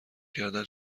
کردن